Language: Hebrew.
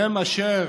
הם אשר